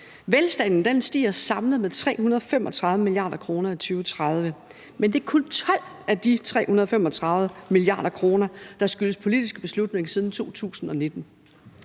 velstanden stiger samlet set med 335 mia. kr. i 2030. Men det er kun 12 af de 335 mia. kr., der skyldes politiske beslutninger siden 2019,